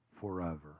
forever